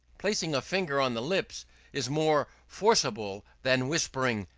placing a finger on the lips is more forcible than whispering,